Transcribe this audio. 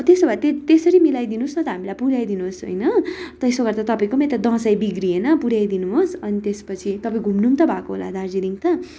त्यसो भए त्यसरी मिलाइ दिनुहोस् न त हामीलाई पुऱ्याइदिनुस् होइन त्यसो गर्दा तपाईँको पनि यता दसैँ बिग्रिएन पुऱ्याइ दिनुहोस् अनि त्यसपछि घुम्नु पनि त भएको होला दार्जिलिङ त